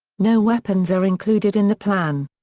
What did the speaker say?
no weapons are included in the plan.